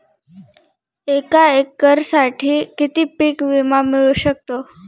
एका एकरसाठी किती पीक विमा मिळू शकतो?